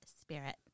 spirit